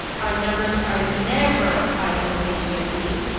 our numbers are never quite what they should be.